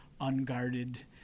unguarded